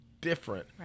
different